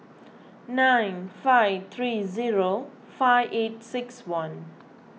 nine five three zero five eight six one